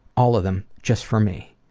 all of them just for me.